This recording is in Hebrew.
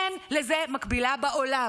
אין לזה מקבילה בעולם.